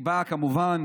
היא באה כמובן